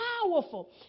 powerful